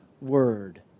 word